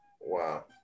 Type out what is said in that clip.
Wow